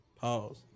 Pause